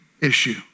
issue